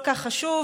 שהוא כל כך חשוב,